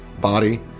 body